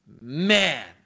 Man